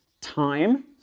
time